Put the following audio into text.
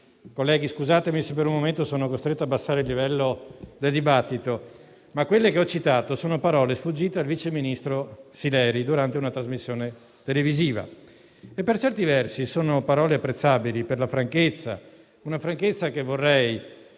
Colleghi, scusatemi se per il momento sono costretto ad abbassare il livello del dibattito, ma quelle che ho citato sono parole sfuggite al viceministro Sileri durante una trasmissione televisiva e, per certi versi, sono parole apprezzabili per la franchezza, una franchezza che vorrei